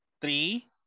Three